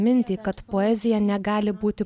mintį kad poezija negali būti